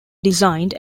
designed